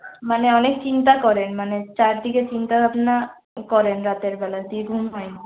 মানে অনেক চিন্তা করেন মানে চার দিকের চিন্তা ভাবনা করেন রাতের বেলায় দিয়ে ঘুম হয় না